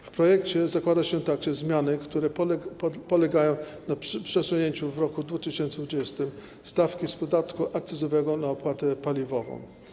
W projekcie zakłada się także zmiany, które polegają na przesunięciu w roku 2020 stawki z podatku akcyzowego na opłatę paliwową.